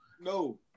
no